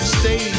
stay